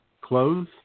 Clothes